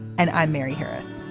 and i'm mary harris.